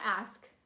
ask